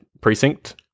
precinct